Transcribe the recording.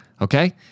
okay